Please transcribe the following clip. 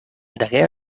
degué